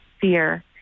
fear